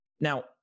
Now